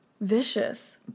Vicious